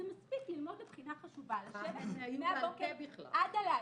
זה מספיק כדי ללמוד לבחינה חשובה לשבת מהבוקר עד הלילה.